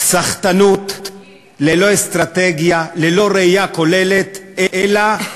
סחטנות ללא אסטרטגיה, ללא ראייה כוללת, אלא